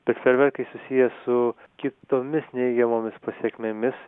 bet fejerverkai susiję su kitomis neigiamomis pasekmėmis